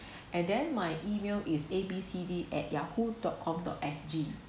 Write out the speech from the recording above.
and then my email is A B C D at yahoo dot com dot S G